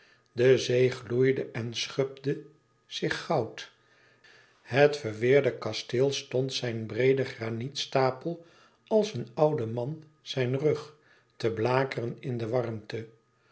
de zee gloeide en schubde zich goud het verweerde kasteel stond zijne breede granietstapel als een oude man zijn rug te blakeren in de warmte